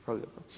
Hvala lijepa.